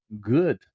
good